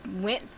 went